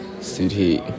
city